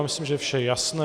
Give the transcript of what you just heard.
Myslím, že vše je jasné.